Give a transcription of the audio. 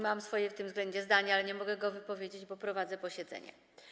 Mam w tym względzie swoje zdanie, ale nie mogę go wypowiedzieć, bo prowadzę posiedzenie.